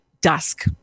dusk